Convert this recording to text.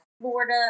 Florida